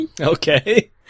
Okay